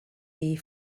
des